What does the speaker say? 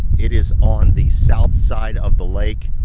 it is on the south side of the lake.